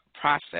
process